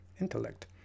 intellect